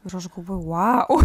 ir aš galvoju wow